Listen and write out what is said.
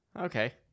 Okay